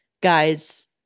guys –